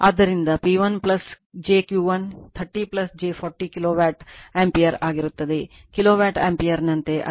ಆದ್ದರಿಂದ P 1 j Q 1 30 j 40 kilovolt ampere ಆಗಿರುತ್ತದೆ KVA ಯಂತೆ